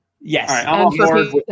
Yes